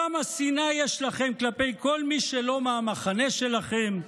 כמה שנאה יש לכם כלפי כל מי שלא מהמחנה שלכם.